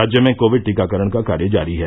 राज्य में कोविड टीकाकरण का कार्य जारी है